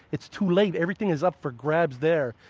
it's too late. everything is up for grabs there.